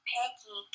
Peggy